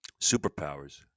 Superpowers